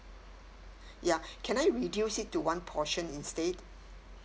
ya can I reduce it to one portion instead